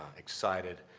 excited,